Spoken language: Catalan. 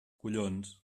collons